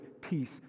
peace